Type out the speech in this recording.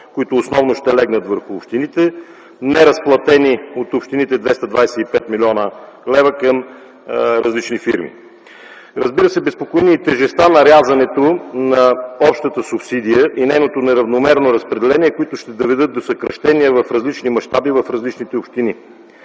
които основно ще легнат върху общините, неразплатени от общините 225 млн. лв. към различни фирми. Разбира се, безпокои ни и тежестта на рязането на общата субсидия и нейното неравномерно разпределение, което ще доведе до съкращения в различни мащаби в отделните общини: